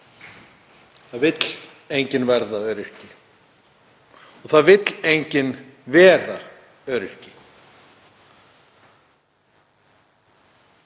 Það vill enginn verða öryrki og það vill enginn vera öryrki.